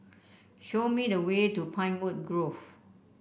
show me the way to Pinewood Grove